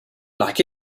like